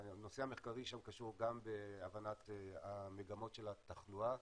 הנושא המחקרי שם קשור גם הבנת המגמות של התחלואה,